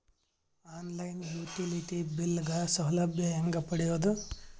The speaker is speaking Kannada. ಆನ್ ಲೈನ್ ಯುಟಿಲಿಟಿ ಬಿಲ್ ಗ ಸೌಲಭ್ಯ ಹೇಂಗ ಪಡೆಯೋದು?